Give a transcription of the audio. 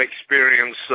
experience